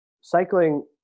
cycling